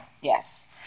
Yes